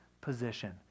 position